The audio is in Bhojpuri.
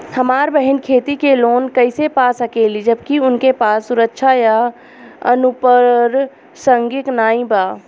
हमार बहिन खेती के लोन कईसे पा सकेली जबकि उनके पास सुरक्षा या अनुपरसांगिक नाई बा?